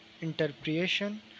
interpretation